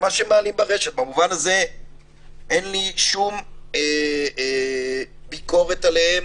במובן הזה אין לי שום ביקורת עליהם